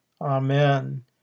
Amen